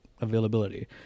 availability